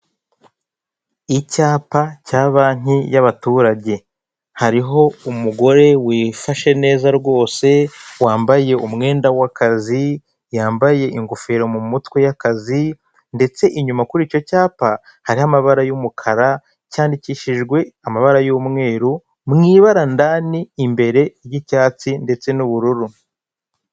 Icyapa cya banki y'abaturage hariho umugore wifashe neza rwose wambaye umwenda w'akazi yambaye ingofero mu mutwe y'akazi ndetse inyuma kuri icyo cyapa hariho amabara y'umukara cyandikishijwe amabara y'umweru mu ibara ndani imbere ry'icyatsi ndetse n'ubururu.